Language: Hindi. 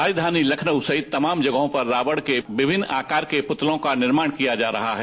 राजधानी लखनऊ सहित तमाम जगहों पर रावण के विभिन्न आकार के पुतलों का निर्माण किया जा रहा है